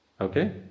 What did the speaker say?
okay